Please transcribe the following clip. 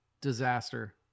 disaster